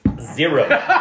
Zero